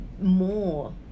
more